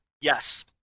yes